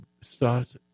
start